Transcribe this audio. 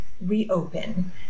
reopen